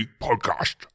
podcast